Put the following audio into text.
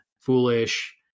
foolish